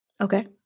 Okay